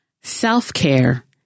Self-Care